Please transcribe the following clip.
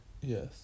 Yes